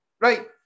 Right